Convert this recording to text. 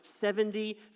seventy